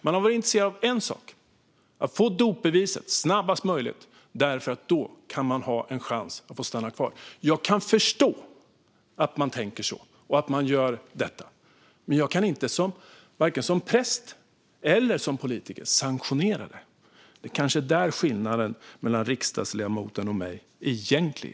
De har varit intresserade av en sak, att få dopbeviset så snabbt som möjligt eftersom de då kan ha en chans att få stanna kvar. Jag kan förstå att de tänker så och att de gör detta, men jag kan varken som präst eller som politiker sanktionera det. Det är kanske det som är den största skillnaden mellan riksdagsledamoten och mig.